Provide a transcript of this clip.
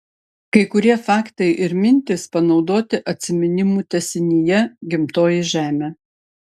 kai kurie faktai ir mintys panaudoti atsiminimų tęsinyje gimtoji žemė